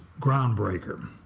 groundbreaker